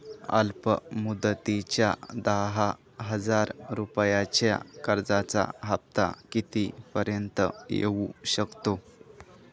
अल्प मुदतीच्या दहा हजार रुपयांच्या कर्जाचा हफ्ता किती पर्यंत येवू शकतो?